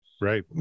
Right